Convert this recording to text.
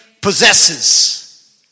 possesses